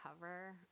cover